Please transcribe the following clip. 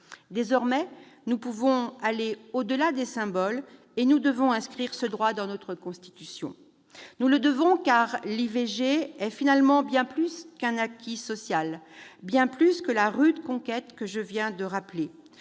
Désormais, nous pouvons aller au-delà des symboles, et nous devons inscrire ce droit dans notre Constitution. Nous le devons, car l'IVG est finalement bien plus qu'un acquis social, bien plus que la rude conquête que je viens de rappeler